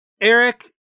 Eric